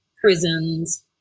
prisons